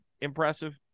impressive